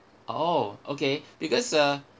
oh okay because uh